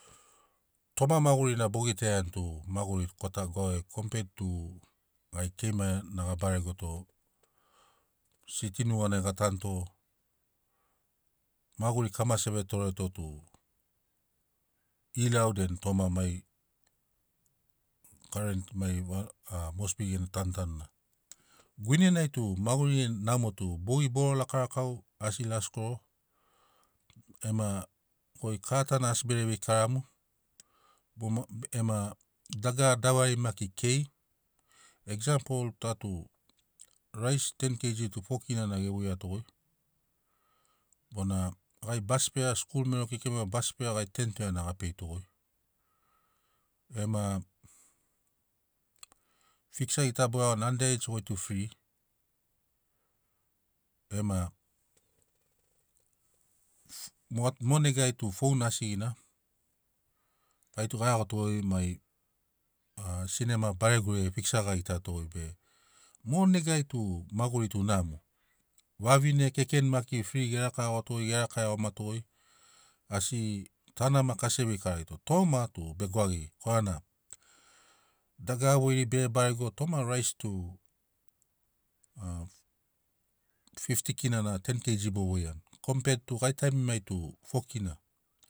Toma magurina bogitaiani tu maguri kota gwagigi komped tu gai keima na ga baregoto siti nuganai ga tanuto maguri kamase e vetoreto tu ilau den toma mai karent va a mosbi gena tanutanuna. Guinenai tu mguri namo tu bogi boro rakaurakau asi raskoro ema goi kara ta goi asi bere vei karamu bom ema dagara davari maki kei eksampol ta tu rais ten kg for kina na ge voiatogoi bona gai bas fea sikuli mero kekema bas feat u ten toea nag a feito goi ema fiksa gita bo iagoni anda eids goitu fri ema moga mo negai fount u asigina gait u ga iagotogoi mai a sinema baregoriai fiksa ga gitatogoi be mo negai tu maguri tu namo vavine kekeni maki frig e raka iagoto goi ge raka iagomato goi asi tana maki asi evei kararitogoi toma tu be gwagigi korana dagara voiri bege barego toma rais tu a fifti kina na ten kg bo voiani komped tu gai taimimai tu fo kina.